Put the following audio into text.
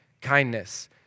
kindness